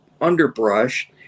underbrush